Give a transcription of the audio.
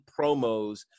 promos